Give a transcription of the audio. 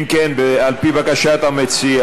אם כן, על-פי בקשת המציע